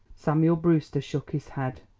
samuel brewster shook his head.